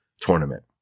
tournament